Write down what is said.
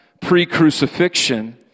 pre-crucifixion